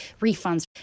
refunds